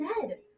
dead